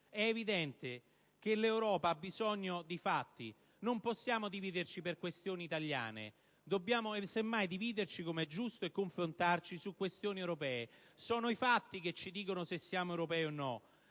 È evidente che l'Europa ha bisogno di fatti, non possiamo dividerci per questioni italiane. Dobbiamo semmai dividerci e confrontarci, come è giusto, su questioni europee. Sono i fatti che ci dicono se siamo europei o no.